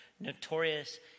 Notorious